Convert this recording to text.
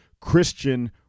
Christian